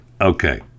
okay